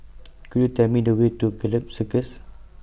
Could YOU Tell Me The Way to Gallop Circus